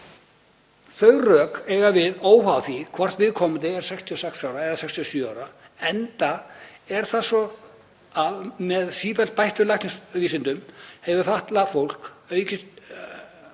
Þau rök eiga við óháð því hvort viðkomandi er 66 eða 67 ára, enda er það svo að með sífellt bættum læknavísindum hefur aflahæfi fólks aukist